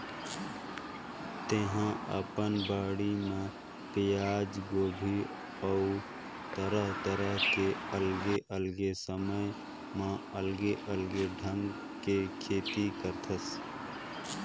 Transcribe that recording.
तेहा अपन बाड़ी म पियाज, गोभी अउ तरह तरह के अलगे अलगे समय म अलगे अलगे ढंग के खेती करथस